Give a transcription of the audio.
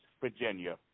Virginia